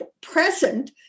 present